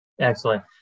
Excellent